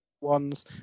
ones